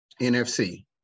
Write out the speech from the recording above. NFC